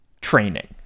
training